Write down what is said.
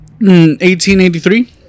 1883